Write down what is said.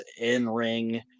in-ring